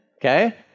Okay